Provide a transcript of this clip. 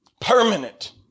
Permanent